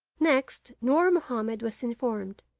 next nur mahomed was informed,